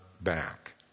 back